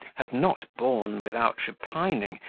had not borne, without repining,